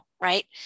right